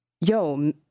Yo